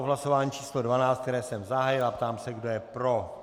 Hlasování číslo 12, které jsem zahájil a ptám se, kdo je pro.